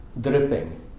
dripping